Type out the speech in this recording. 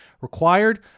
required